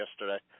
yesterday